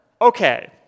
okay